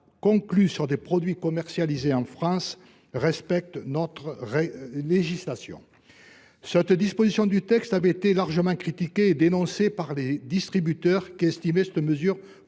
conclus sur des produits commercialisés en France respectent notre législation. Cette disposition du texte avait été largement critiquée et dénoncée par les distributeurs, qui estimaient cette mesure